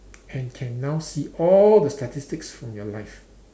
and can now see all the statistics from your life